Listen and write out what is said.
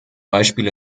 beispiel